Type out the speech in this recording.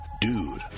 Dude